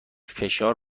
فشار